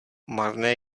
marné